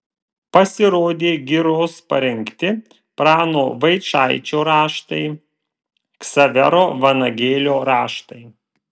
pasirodė giros parengti prano vaičaičio raštai ksavero vanagėlio raštai